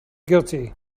guilty